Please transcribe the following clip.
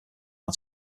how